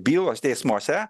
bylos teismuose